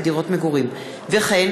רבותי, אנחנו עוברים, בעד.